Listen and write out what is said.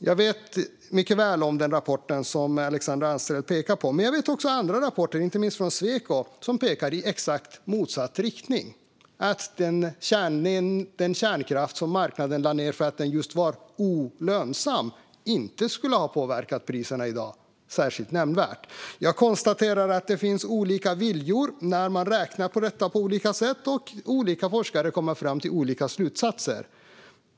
Jag känner mycket väl till den rapport som Alexandra Anstrell pekar på, men jag känner även till andra rapporter - inte minst från Sweco - som pekar i exakt motsatt riktning, det vill säga att den kärnkraft som marknaden lade ned just för att den var olönsam inte skulle ha påverkat priserna i dag särskilt nämnvärt. Jag konstaterar att det finns olika viljor när man räknar på detta på olika sätt och att olika forskare kommer fram till olika slutsatser.